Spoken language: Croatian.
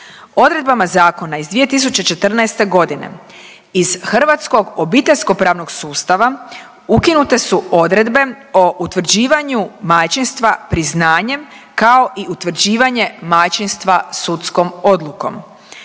Odredbe zakona iz 2014. g. iz hrvatskog obiteljskopravnog sustava ukinute su odredbe o utvrđivanju majčinstva priznanjem kao i utvrđivanje majčinstva sudskom odlukom.